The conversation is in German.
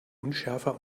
unschärfer